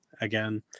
again